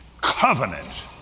covenant